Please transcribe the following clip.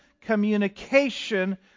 communication